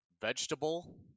Vegetable